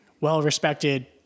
well-respected